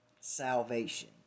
salvation